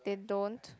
then don't